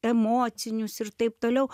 emocinius ir taip toliau